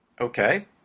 Okay